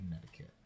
connecticut